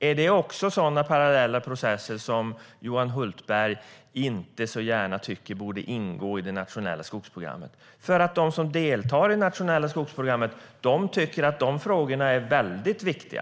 Är det också sådana parallella processer som Johan Hultberg tycker inte så gärna borde ingå i det nationella skogsprogrammet? De som deltar i det nationella skogsprogrammet tycker att de frågorna är väldigt viktiga.